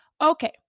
Okay